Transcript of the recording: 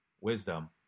wisdom